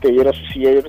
tai yra susiję ir